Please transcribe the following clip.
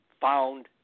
found